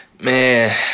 Man